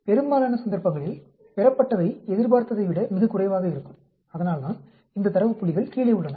எனவே பெரும்பாலான சந்தர்ப்பங்களில் பெறப்பட்டவை எதிர்பார்த்ததை விட மிகக் குறைவாக இருக்கும் அதனால்தான் இந்த தரவு புள்ளிகள் கீழே உள்ளன